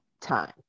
time